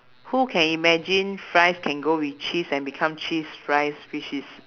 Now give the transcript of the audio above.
who can imagine fries can go with cheese and become cheese fries which is